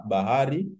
Bahari